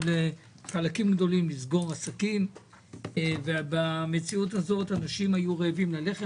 לחלקים גדולים לסגור עסקים ובמציאות הזאת האנשים היו רעבים ללחם